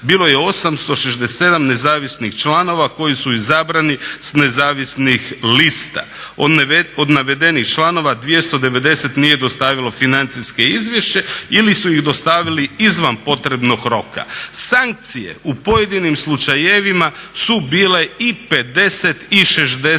bilo je 867 nezavisnih članova koji su izabrani s nezavisnih lista. Od navedenih članova 290 nije dostavilo financijsko izvješće ili su ih dostavili izvan potrebno roka. Sankcije u pojedinim slučajevima su bile i 50 i 60